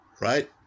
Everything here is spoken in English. Right